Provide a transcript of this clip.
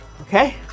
okay